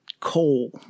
Coal